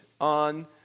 on